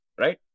Right